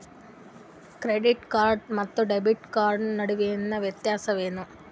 Credit card ಮತ್ತು debit card ನಡುವಿನ ವ್ಯತ್ಯಾಸ ವೇನ್ರೀ?